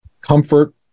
comfort